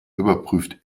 überprüft